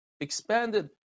expanded